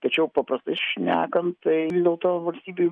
tačiau paprastai šnekant tai vis dėlto valstybių